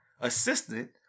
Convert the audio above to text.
assistant